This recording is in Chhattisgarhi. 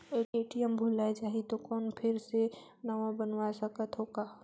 ए.टी.एम भुलाये जाही तो कौन फिर से नवा बनवाय सकत हो का?